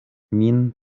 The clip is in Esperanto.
min